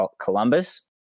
Columbus